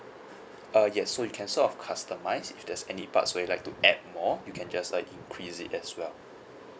uh yes so you can sort of customise if there's any parts where you would like to add more you can just uh increase it as well